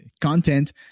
content